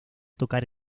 tocar